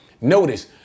Notice